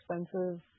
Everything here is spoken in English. expensive